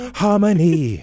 harmony